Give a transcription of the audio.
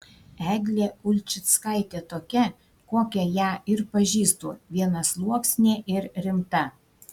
eglė ulčickaitė tokia kokią ją ir pažįstu vienasluoksnė ir rimta